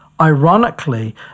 Ironically